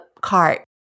cart